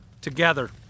together